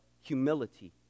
humility